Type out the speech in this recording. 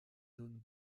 zones